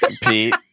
Pete